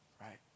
right